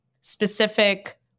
specific